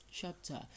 chapter